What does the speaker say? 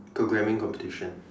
programming competition